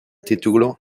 título